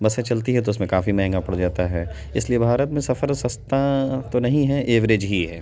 بسیں چلتی ہیں تو اس میں کافی مہنگا پڑ جاتا ہے اس لیے بھارت میں سفر سستا تو نہیں ہے ایوریج ہی ہے